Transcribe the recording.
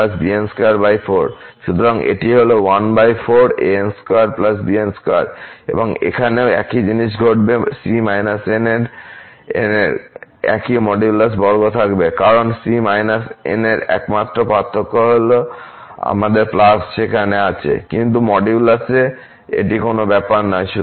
সুতরাং এটি হল এবং এখানেও একই জিনিস ঘটবে c−n এর একই মডুলাস বর্গ থাকবে কারণ c−n এর একমাত্র পার্থক্য হল আমাদের সেখানে আছে কিন্তু মডুলাসে এটি কোন ব্যাপার নয়